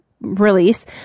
release